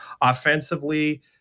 Offensively